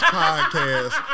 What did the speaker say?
podcast